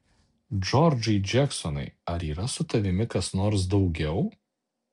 džordžai džeksonai ar yra su tavimi kas nors daugiau